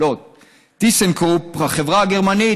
החברה הגרמנית,